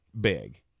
big